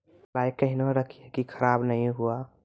कलाई केहनो रखिए की खराब नहीं हुआ?